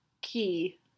key